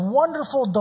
wonderful